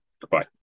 Goodbye